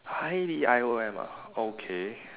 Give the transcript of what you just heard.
I D I O M ah okay